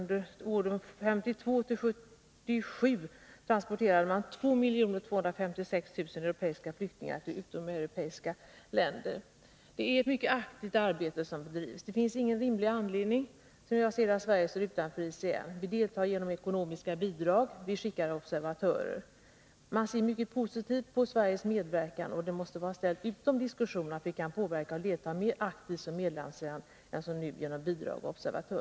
Det är ett mycket aktivt arbete som bedrivs. Det finns, som jag ser det, ingen rimlig anledning till att Sverige står utanför ICM. Vi deltar genom ekonomiska bidrag, och vi skickar observatörer. Man ser mycket positivt på Sveriges medverkan, och det måste vara ställt utom diskussion att vi kan påverka och delta mer aktivt som medlemsland än, som nu, genom att bara ge bidrag och vara observatör.